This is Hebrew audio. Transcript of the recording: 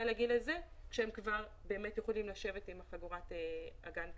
לגיל הזה כשהם כבר יכולים לשבת עם חגורת אגן כתף.